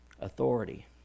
Authority